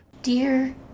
Dear